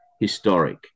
historic